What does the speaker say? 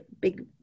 big